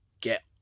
get